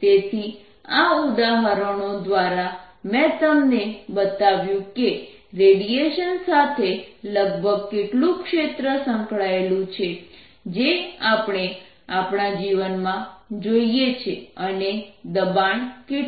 તેથી આ ઉદાહરણો દ્વારા મેં તમને બતાવ્યું છે કે રેડિયેશન સાથે લગભગ કેટલું ક્ષેત્ર સંકળાયેલું છે જે આપણે આપણા જીવનમાં જોઇએ છે અને દબાણ કેટલું છે